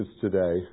today